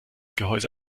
gehäuse